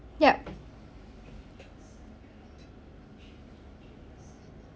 yup